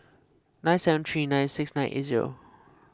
nine seven three nine six nine eight zero